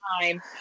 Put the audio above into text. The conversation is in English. time